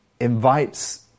invites